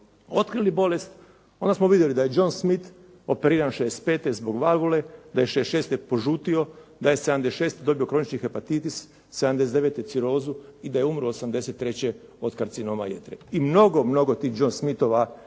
otkrili bolest onda smo vidjeli da je John Smith operiran '65. zbog valvule, da je '66. požutio, da je '76. dobio kronični hepatitis, '79. cirozu i da je umro '83. od karcinoma jetre. I mnogo, mnogo tih John Smithova se